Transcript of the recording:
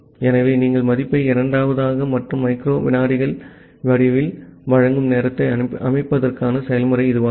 ஆகவே நீங்கள் மதிப்பை இரண்டாவது மற்றும் மைக்ரோ விநாடிகள் வடிவில் வழங்கும் நேரத்தை அமைப்பதற்கான செயல்முறை இது ஆகும்